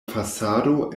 fasado